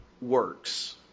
works